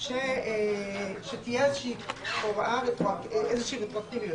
שתהיה איזושהי רטרואקטיביות.